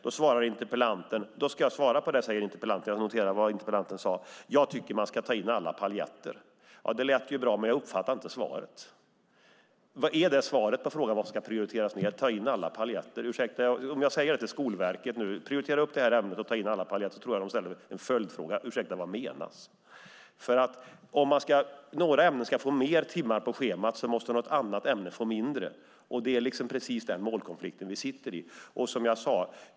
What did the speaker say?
Då säger interpellanten: Jag ska svara på det. Jag tycker att man ska ta in alla paletter. Det lät ju bra, men jag uppfattade inte svaret. Är svaret på frågan vad som ska prioriteras ned att man ska ta in alla paletter? Om jag säger till Skolverket att de ska prioritera upp det här ämnet och ta in alla paletter, tror jag att de ställer frågan: Vad menas? Om ett ämne ska få fler timmar på schemat måste ett annat ämne få färre. Det är den målkonflikt vi har.